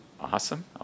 Awesome